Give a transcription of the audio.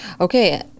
Okay